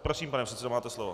Prosím, pane předsedo, máte slovo.